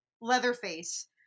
Leatherface